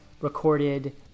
recorded